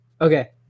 Okay